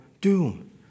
doom